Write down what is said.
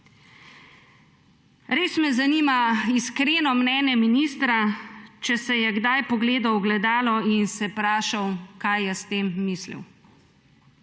Res me zanima iskreno mnenje ministra, ali se je kdaj pogledal v ogledalo in se vprašal, kaj je s tem mislil.